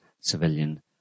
civilian